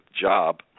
job